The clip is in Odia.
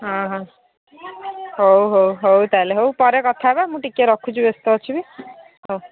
ହଁ ହଁ ହଉ ହଉ ହଉ ତାହେଲେ ହଉ ପରେ କଥା ହେବା ମୁଁ ଟିକିଏ ରଖୁଛି ବ୍ୟସ୍ତ ଅଛିି ବି ହଉ